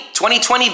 2020